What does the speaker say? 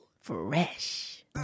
fresh